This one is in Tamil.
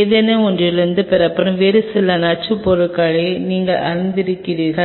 ஏதோவொன்றிலிருந்து பெறப்பட்ட வேறு சில நச்சுப் பொருள்களை நீங்கள் அறிவீர்கள்